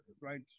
right